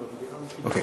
אוקיי.